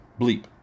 bleep